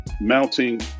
mounting